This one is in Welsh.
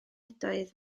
ydoedd